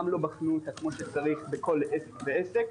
לא בחנו אותה כפי שצריך בכל עסק ועסק.